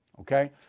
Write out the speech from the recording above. okay